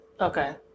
Okay